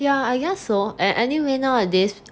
yeah I guess so anyway nowadays